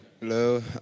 Hello